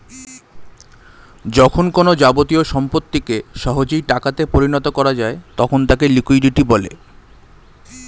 যখন কোনো যাবতীয় সম্পত্তিকে সহজেই টাকা তে পরিণত করা যায় তখন তাকে লিকুইডিটি বলে